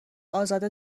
ازاده